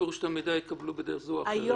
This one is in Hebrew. פירוש שאת המידע יקבלו בדרך זו או אחרת?